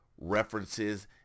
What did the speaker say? references